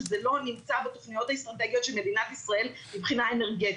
זה לא נמצא בתכניות האסטרטגיות של מדינת ישראל מבחינה אנרגטית.